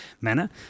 manner